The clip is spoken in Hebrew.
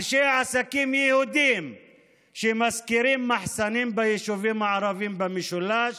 אנשי עסקים יהודים ששוכרים מחסנים ביישובים הערביים במשולש